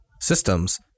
systems